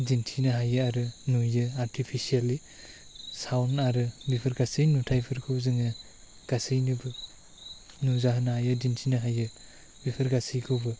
दिन्थिनो हायो आरो नुयो आर्टिपिसियेलि सावन आरो बेफोर गासै नुथाइफोरखौ जोङो गासैनोबो नुजाहोनो हायो दिन्थिनो हायो बेफोर गासिखौबो